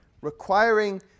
Requiring